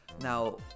Now